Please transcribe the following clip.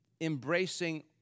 embracing